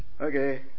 okay